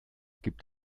gibt